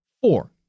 Four